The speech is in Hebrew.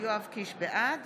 בעד